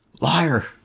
Liar